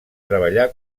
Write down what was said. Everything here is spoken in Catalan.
treballar